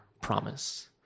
promise